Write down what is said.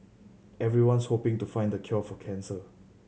everyone's hoping to find the cure for cancer